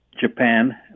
Japan